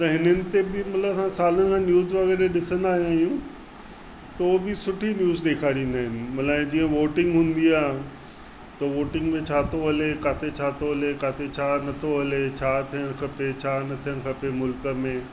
त हिननि ते बि मतिलबु सालनि खां न्यूज़ वग़ैरह ॾिसंदा आहियूं पोइ बि सुठी न्यूज़ ॾेखारींदा आहिनि मतिलबु जीअं वोटिंग हूंदी आहे त वोटिंग में छा थो हले किथे छा थो हले किथे छा नथो हले छा थियणु खपे छा न थेियणु खपे मुल्क़ में